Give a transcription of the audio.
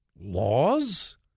laws